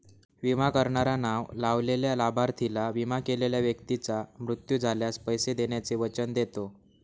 विमा करणारा नाव लावलेल्या लाभार्थीला, विमा केलेल्या व्यक्तीचा मृत्यू झाल्यास, पैसे देण्याचे वचन देतो